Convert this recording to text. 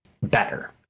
better